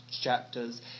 chapters